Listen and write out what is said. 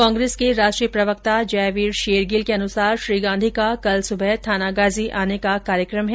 कांग्रेस के राष्ट्रीय प्रवक्ता जयवीर शेरगील के अनुसार श्री गांधी का कल सुबह थानागाजी आने का कार्यक्रम है